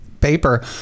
paper